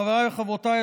חבריי וחברותיי,